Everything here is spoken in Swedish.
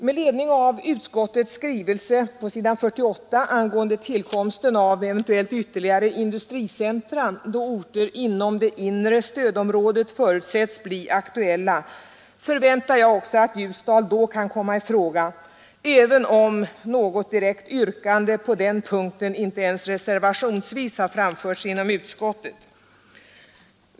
Med ledning av utskottets skrivning på s. 48 angående tillkomsten av eventuellt ytterligare industricentra, när orter inom det inre stödområdet förutsätts bli aktuella, förväntar jag också att Ljusdal då kan komma i fråga — även om något direkt yrkande på den punkten inte ens reservationsvis har framförts inom utskottet.